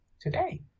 today